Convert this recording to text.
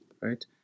right